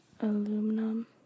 aluminum